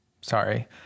Sorry